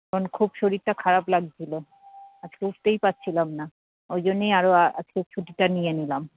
খুব শরীরটা খারাপ লাগছিলো আজকে উঠতেই পারছিলাম না ঐজন্যই আরও আজকে ছুটিটা নিয়ে নিলাম